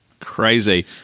Crazy